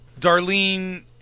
Darlene